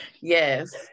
yes